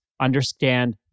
understand